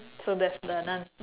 so that's the none